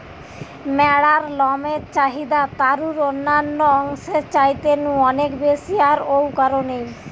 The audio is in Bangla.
ম্যাড়ার লমের চাহিদা তারুর অন্যান্য অংশের চাইতে নু অনেক বেশি আর ঔ কারণেই